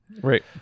Right